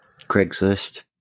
Craigslist